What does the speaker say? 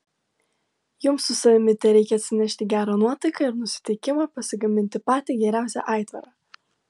jums su savimi tereikia atsinešti gerą nuotaiką ir nusiteikimą pasigaminti patį geriausią aitvarą